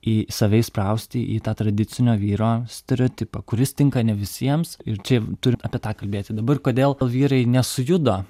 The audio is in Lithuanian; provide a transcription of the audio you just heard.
į save įsprausti į tą tradicinio vyro stereotipą kuris tinka ne visiems ir čia turim apie tą kalbėti dabar kodėl vyrai nesujudo